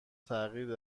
تغییر